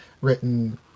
written